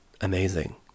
amazing